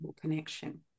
connection